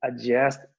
adjust